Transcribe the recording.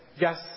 yes